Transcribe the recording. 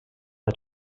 the